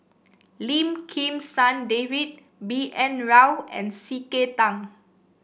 Lim Kim San David B N Rao and C K Tang